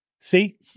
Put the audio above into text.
See